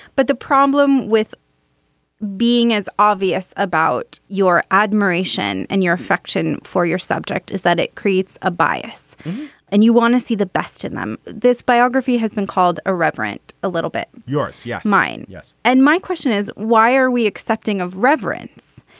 but the problem with being as obvious about your admiration and your affection for your subject is that it creates a bias and you want to see the best in them. this biography has been called a reverent a little bit. yours? yeah, mine. yes. and my question is, why are we accepting of reverence?